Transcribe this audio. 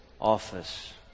office